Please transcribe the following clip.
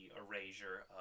erasure